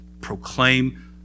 proclaim